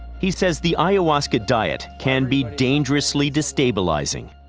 he says the ayahuasca diet can be dangerously destabilizing.